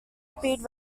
speed